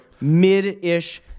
mid-ish